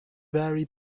vary